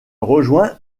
rejoint